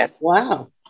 Wow